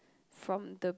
from the